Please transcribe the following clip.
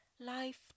life